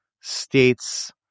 states